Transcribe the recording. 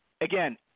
again